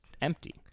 empty